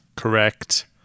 correct